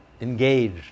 engaged